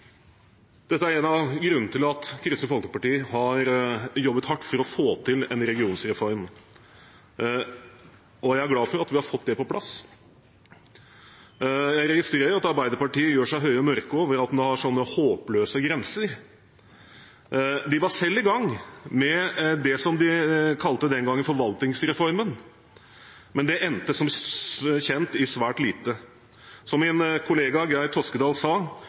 Dette er en av grunnene til at Kristelig Folkeparti har jobbet hardt for å få til en regionreform, og jeg er glad for at vi har fått det på plass. Jeg registrerer at Arbeiderpartiet gjør seg høye og mørke over at en har sånne håpløse grenser. De var selv i gang med det som de den gang kalte forvaltningsreformen, men det endte som kjent i svært lite. Som min kollega Geir Sigbjørn Toskedal sa,